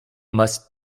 must